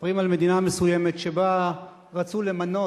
מספרים על מדינה מסוימת שבה רצו למנות,